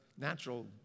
natural